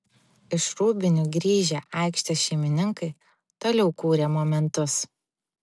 iš rūbinių grįžę aikštės šeimininkai toliau kūrė momentus